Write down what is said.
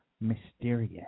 mysterious